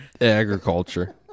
Agriculture